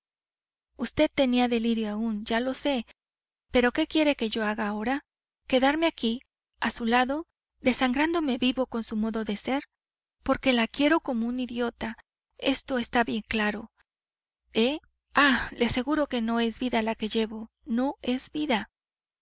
vd tenía delirio aún ya lo sé pero qué quiere que haga yo ahora quedarme aquí a su lado desangrándome vivo con su modo de ser porque la quiero como un idiota esto es bien claro también eh ah le aseguro que no es vida la que llevo no no es vida